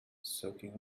soaking